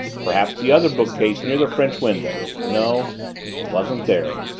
perhaps the other bookcase near the french windows no it wasn't there.